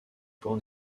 born